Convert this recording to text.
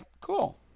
Cool